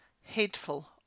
hateful